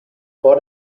vor